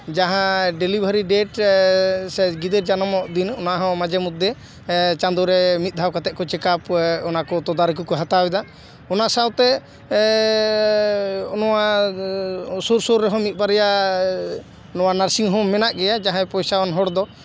ᱡᱟᱦᱟᱸ delivery date ᱥᱮ ᱜᱤᱫᱟᱹᱨ ᱡᱟᱱᱟᱢᱚᱜ ᱫᱤᱱ ᱚᱱᱟ ᱦᱚᱸ ᱢᱟᱡᱷᱮ ᱢᱚᱫᱽᱫᱷᱮ ᱪᱟᱸᱫᱳ ᱨᱮ ᱢᱤᱫ ᱫᱷᱟᱣ ᱠᱟᱛᱮᱜ ᱠᱚ ᱪᱮᱠᱟᱯ ᱚᱱᱟ ᱠᱚ ᱛᱚᱫᱟᱨᱚᱠᱤ ᱠᱚ ᱦᱟᱛᱟᱣᱫᱟ ᱚᱱᱟ ᱥᱟᱶᱛᱮ ᱱᱚᱣᱟ ᱥᱩᱨᱼᱥᱩᱨ ᱨᱮᱦᱚᱸ ᱢᱤᱫ ᱵᱟᱨᱭᱟ ᱱᱚᱣᱟ ᱱᱟᱨᱥᱤᱝᱦᱳᱢ ᱢᱮᱱᱟᱜ ᱜᱮᱭᱟ ᱡᱟᱦᱟᱸᱭ ᱯᱚᱭᱥᱟ ᱟᱱ ᱦᱚᱲ ᱫᱚ